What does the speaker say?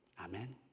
Amen